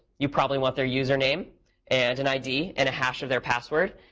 you probably want their user name and an id and a hash of their password.